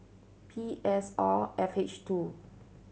P S R F H two